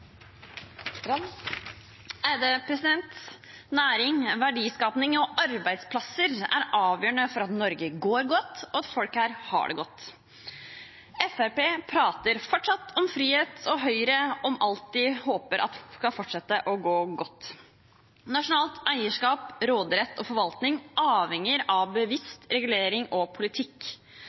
han forsøksvis har gitt. Næring, verdiskaping og arbeidsplasser er avgjørende for at Norge går godt, og at folk her har det godt. Fremskrittspartiet prater fortsatt om frihet og Høyre om alt de håper skal fortsette å gå godt. Nasjonalt eierskap, råderett og forvaltning avhenger av bevisst regulering og politikk.